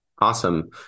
Awesome